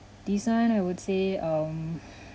design I would say um